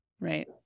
Right